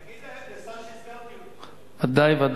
תגיד, ודאי, ודאי.